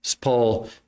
Paul